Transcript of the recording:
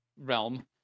realm